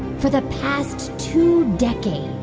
for the past two decades,